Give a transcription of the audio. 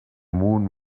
moon